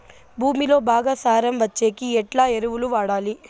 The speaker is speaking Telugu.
భూమిలో బాగా సారం వచ్చేకి ఎట్లా ఎరువులు వాడాలి?